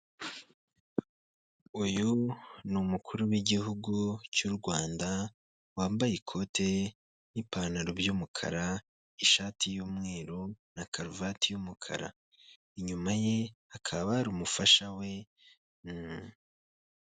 Uyu ni umukuru w'igihugu cy'u Rwanda, wambaye ikote n'ipantaro by'umukara, ishati y'umweru, na karuvati y'umukara, inyuma ye hakaba hari umufasha we.